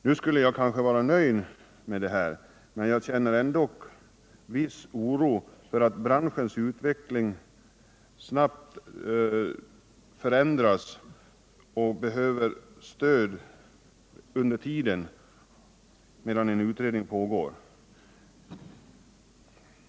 Jag borde kanske vara nöjd med detta, men jag känner en viss oro, eftersom förhållandena så snabbt förändras och att branschen behöver stöd medan en utredning pågår.